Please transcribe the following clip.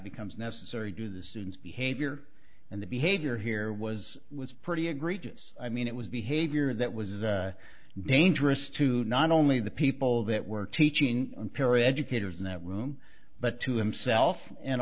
becomes necessary do the student's behavior and the behavior here was was pretty egregious i mean it was behavior that was dangerous to not only the people that were teaching period to caterers that room but to himself and